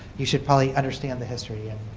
you should probably understand the history. and